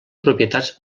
propietats